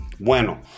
bueno